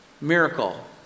miracle